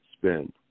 spend